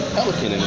Pelican